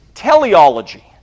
Teleology